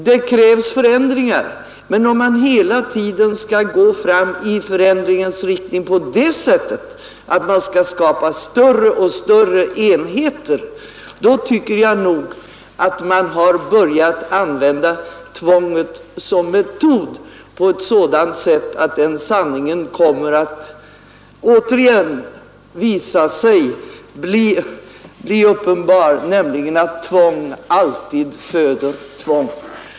Det krävs förändringar, men om man hela tiden skall gå fram i förändringens riktning på det sättet att man skapar större och större enheter, tycker jag att man har börjat använda tvånget som metod på ett sådant sätt att den sanningen återigen kommer att bli uppenbar som säger att tvång alltid föder tvång.